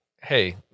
hey